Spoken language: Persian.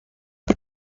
هیچ